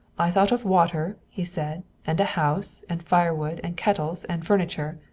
i thought of water, he said, and a house, and firewood, and kettles and furniture.